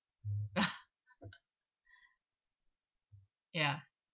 ya